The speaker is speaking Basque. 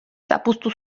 zapuztu